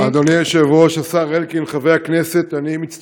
אדוני היושב-ראש, השר אלקין, חברי הכנסת,